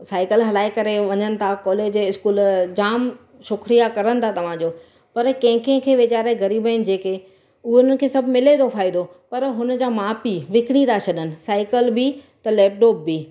cycle हलाइ करे वञनि था कॉलेज स्कूल जाम शुक्रिया कनि था तव्हांजो पर कंहिं कंहिंखे वीचारा गरीब आहिनि जेके हो उन्हनि खे सभु मिले थो फ़ाइदो पर हुनजा माउ पीउ विकिणी था छडनि साइकिल बि त लैपटॉप बि